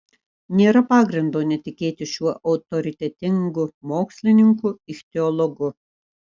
nėra pagrindo netikėti šiuo autoritetingu mokslininku ichtiologu